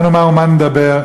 מה נאמר ומה נדבר?